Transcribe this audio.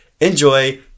Enjoy